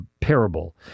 parable